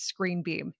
ScreenBeam